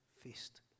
fist